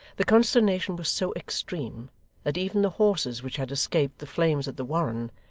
the consternation was so extreme that even the horses which had escaped the flames at the warren,